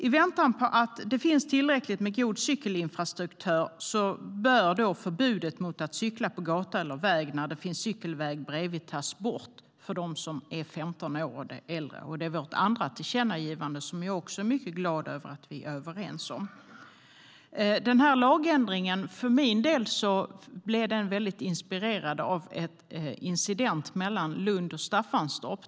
I väntan på att det finns tillräckligt med god cykelinfrastruktur bör förbudet mot att cykla på gata eller väg när det finns cykelväg bredvid tas bort för dem som är 15 år eller äldre. Det är vårt andra tillkännagivande, som jag också är mycket glad över att vi är överens om. Denna lagändring var för min del inspirerad av en incident mellan Lund och Staffanstorp.